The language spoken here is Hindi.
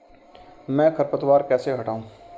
मैं खरपतवार कैसे हटाऊं?